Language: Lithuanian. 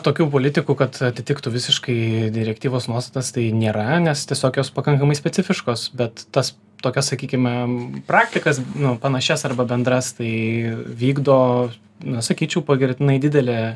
tokių politikų kad atitiktų visiškai direktyvos nuostatas tai nėra nes tiesiog jos pakankamai specifiškos bet tas tokias sakykime praktikas nu panašias arba bendras tai vykdo na sakyčiau pagirtinai didelė